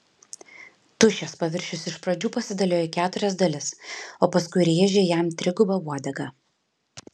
tuščias paviršius iš pradžių pasidalijo į keturias dalis o paskui rėžė jam triguba uodega